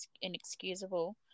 inexcusable